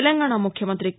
తెలంగాణ ముఖ్యమంత్రి కే